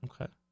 Okay